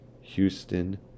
Houston